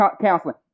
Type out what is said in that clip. counseling